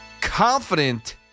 Confident